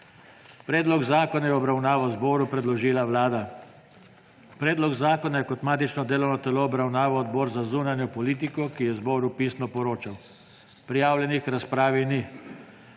Predlog zakona je v obravnavo zboru predložila Vlada. Predlog zakona je kot matično delo obravnaval Odbor za zunanjo politiko, ki je zboru pisno poročal. Prijavljenih k razpravi ni.